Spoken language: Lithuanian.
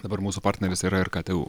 dabar mūsų partneris yra ir ktu